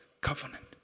covenant